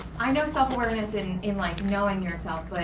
i know self-awareness in in like knowing yourself,